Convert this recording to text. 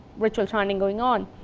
ritual chanting going on.